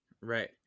Right